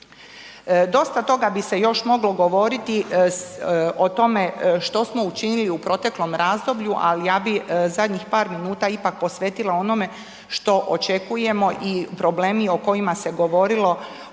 Dosta toga bi se još moglo govoriti o tome što smo učinili u proteklom razdoblju, ali ja bi zadnjih par minuta ipak posvetila onome što očekujemo i problemi o kojima se govorilo u ovom